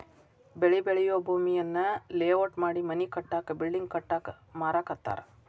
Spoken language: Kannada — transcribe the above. ಬೆಳಿ ಬೆಳಿಯೂ ಭೂಮಿಯನ್ನ ಲೇಔಟ್ ಮಾಡಿ ಮನಿ ಕಟ್ಟಾಕ ಬಿಲ್ಡಿಂಗ್ ಕಟ್ಟಾಕ ಮಾರಾಕತ್ತಾರ